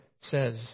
says